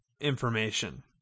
information